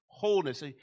wholeness